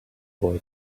boy